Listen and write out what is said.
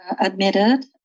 admitted